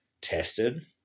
tested